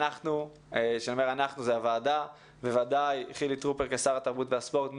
אנחנו כוועדה ובוודאי חילי טרופר כשר התרבות והספורט,